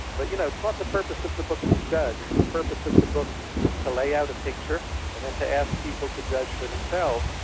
but you know it's not the purpose of the book to judge, it's the purpose of the book to lay out a picture and then to ask people to judge for themselves.